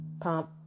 Pump